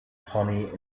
honey